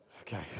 Okay